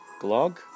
glog